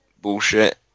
bullshit